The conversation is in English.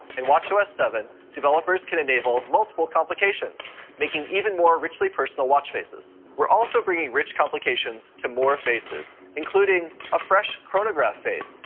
in watchos seven, developers could enable multiple calibrations making even more richly personal watch faces. we're also bringing rich calibrations to more faces. including a fresh chronograph face.